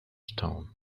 stone